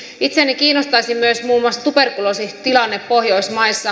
itseäni kiinnostaisi myös muun muassa tuberkuloositilanne pohjoismaissa